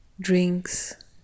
drinks